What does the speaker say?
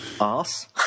ass